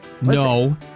No